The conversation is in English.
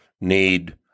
need